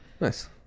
Nice